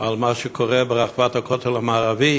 על מה שקורה ברחבת הכותל המערבי